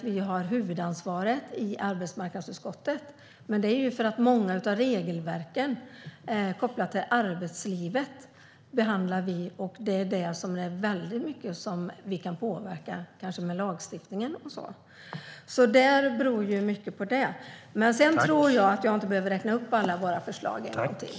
Vi har huvudansvaret i arbetsmarknadsutskottet, men det är för att många av de regelverk vi behandlar är kopplade till arbetslivet. Det finns väldigt mycket som vi kan påverka, till exempel med lagstiftning. Mycket beror ju på det. Men jag tror inte att jag behöver räkna upp alla våra förslag en gång till.